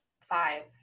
five